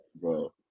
Bro